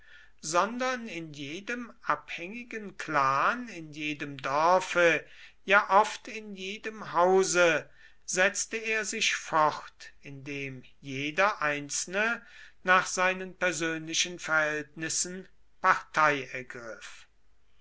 sondern in jedem abhängigen clan in jedem dorfe ja oft in jedem hause setzte er sich fort indem jeder einzelne nach seinen persönlichen verhältnissen